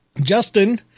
Justin